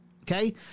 okay